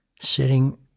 sitting